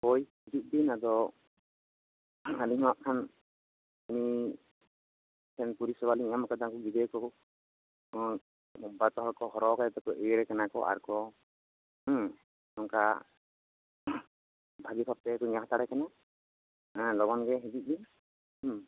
ᱦᱳᱭ ᱦᱤᱡᱩᱜ ᱵᱤᱱ ᱟᱫᱚ ᱟᱹᱞᱤᱧ ᱦᱚᱦᱟᱜ ᱠᱷᱟᱱ ᱱᱩᱭᱴᱷᱮᱱ ᱯᱚᱨᱤᱥᱮᱵᱟ ᱞᱤᱧ ᱮᱢ ᱟᱠᱟᱫᱟ ᱜᱤᱫᱽᱨᱟᱹ ᱠᱚ ᱵᱟᱨᱯᱮ ᱦᱚᱲ ᱠᱚ ᱦᱚᱨᱦᱚ ᱟᱠᱟᱫᱮ ᱛᱮᱠᱚ ᱮᱭᱮᱨᱮ ᱠᱟᱱᱟ ᱠᱚ ᱟᱨᱠᱚ ᱚᱱᱠᱟ ᱵᱷᱟᱹᱜᱤ ᱵᱷᱟᱵ ᱛᱮᱜᱮ ᱠᱚ ᱧᱮᱞ ᱦᱟᱛᱟᱲᱮ ᱠᱟᱱᱟ ᱞᱚᱜᱚᱱ ᱜᱮ ᱦᱤᱡᱩᱜ ᱵᱤᱱ